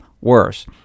worse